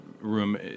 room